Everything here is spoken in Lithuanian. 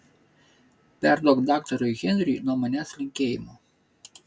perduok daktarui henriui nuo manęs linkėjimų